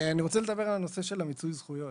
אני רוצה לדבר על הנושא של מיצוי זכויות.